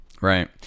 Right